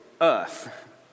earth